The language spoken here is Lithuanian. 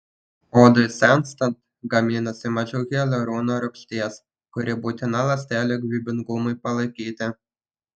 odai senstant gaminasi mažiau hialurono rūgšties kuri būtina ląstelių gyvybingumui palaikyti